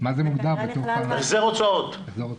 החזר הוצאות.